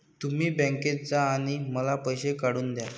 तुम्ही बँकेत जा आणि मला पैसे काढून दया